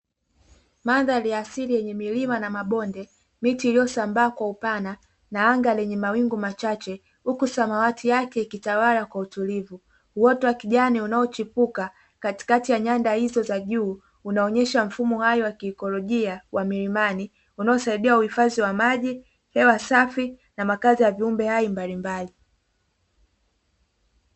Mandhari ya asili yenye milima na mabonde, miti iliyosambaa kwa upana na anga lenye mawingu machache huku samawati yake ikitawala kwa utulivu. Uoto wa kijani unaochipuka katikati ya nyanda hizo za juu unaonyesha mfumo hai wa kiikolojia wa milimani unaosaidia uhifadhi wa maji, hewa safi na makazi ya viumbe hai mbalimbali.